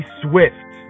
swift